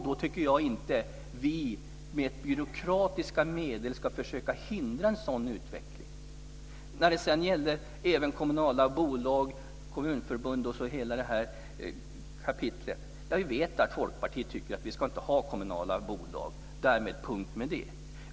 Då tycker jag inte att vi med byråkratiska medel ska försöka hindra en sådan utveckling. När det sedan gäller kommunala bolag, kommunförbund och hela det kapitlet vet vi att Folkpartiet inte tycker att man ska ha kommunala bolag. Därmed är det punkt med det.